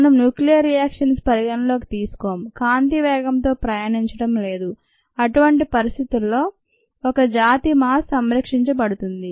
మనం nuclear reactions పరిగణనలోకి తీసుకోం కాంతి వేగంతో ప్రయాణించడం లేదు అటువంటి పరిస్థితుల్లో ఒక జాతి మాస్ సంరక్షించబడుతుంది